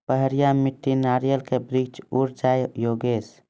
पहाड़िया मिट्टी नारियल के वृक्ष उड़ जाय योगेश?